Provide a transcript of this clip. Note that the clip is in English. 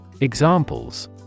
Examples